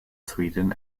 sweden